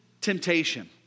temptation